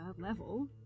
level